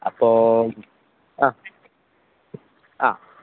അപ്പോൾ ആ ആ